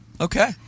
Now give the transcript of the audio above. Okay